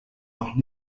noch